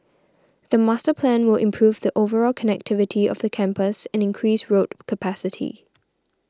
the master plan will improve the overall connectivity of the campus and increase road capacity